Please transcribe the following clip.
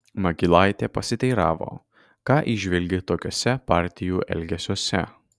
magylaitė pasiteiravo ką įžvelgi tokiuose partijų elgesiuose